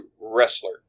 wrestler